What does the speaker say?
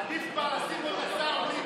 עדיף כבר לשים, אולימפית